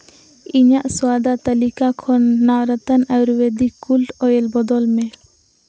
ᱤᱧᱟᱹᱜ ᱥᱚᱭᱫᱟ ᱛᱟᱹᱞᱤᱠᱟ ᱠᱷᱚᱱ ᱨᱚᱛᱚᱱ ᱟᱹᱭᱩᱨᱵᱮᱫᱤᱠ ᱠᱩᱞᱰ ᱳᱭᱮᱞ ᱵᱚᱫᱚᱞ ᱢᱮ